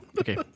Okay